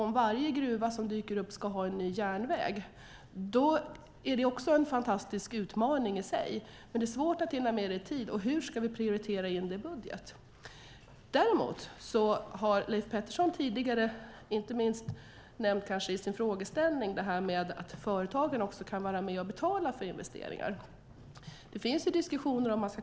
Om varje gruva som dyker upp ska ha en ny järnväg är det en fantastisk utmaning i sig, men det är svårt att hinna med det, och hur ska vi prioritera in det i budgeten? Leif Pettersson har tidigare nämnt att företagen också kan vara med och betala för investeringar. Det finns diskussioner om detta.